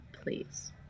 please